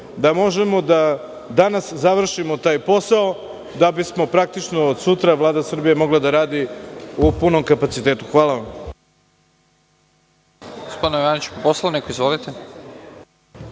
da možemo da danas završimo taj posao, da bi praktično od sutra Vlada Srbije mogla da radi u punom kapacitetu. Hvala.